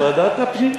ועדת הפנים.